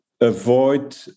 avoid